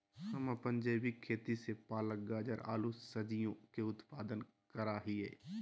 हम अपन जैविक खेती से पालक, गाजर, आलू सजियों के उत्पादन करा हियई